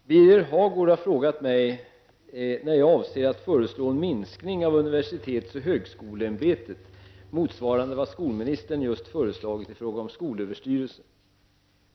Herr talman! Birger Hagård har frågat mig när jag avser att föreslå en minskning av universitets och högskoleämbetet, UHÄ, motsvarande vad skolministern just föreslagit i fråga om skolöverstyrelsen.